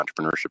entrepreneurship